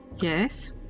Yes